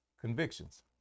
convictions